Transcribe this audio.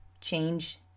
change